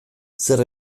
zer